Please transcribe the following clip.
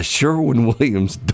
Sherwin-Williams